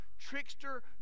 Trickster